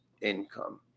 income